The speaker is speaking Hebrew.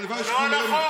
הלוואי, זה לא על החוק.